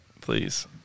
Please